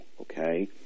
okay